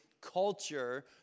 culture